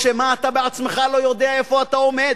או שמא אתה עצמך לא יודע איפה אתה עומד?